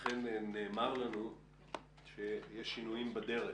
ואכן נאמר לנו שיש שינויים בדרך,